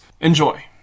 Enjoy